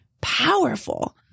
powerful